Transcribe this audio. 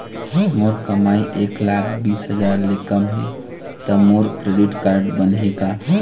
मोर कमाई एक लाख बीस हजार ले कम हे त मोर क्रेडिट कारड बनही का?